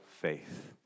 faith